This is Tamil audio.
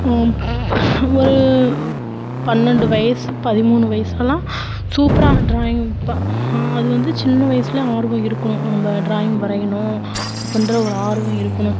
ஒரு பன்னெண்டு வயசு பதிமூணு வயசெல்லாம் சூப்பராக ட்ராயிங் ப அது வந்து சின்ன வயசிலே ஆர்வம் இருக்கணும் நம்ம ட்ராயிங் வரையணும் அப்புடின்ற ஒரு ஆர்வம் இருக்கணும்